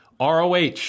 ROH